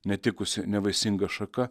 netikusi nevaisinga šaka